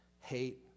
hate